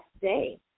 day